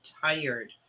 tired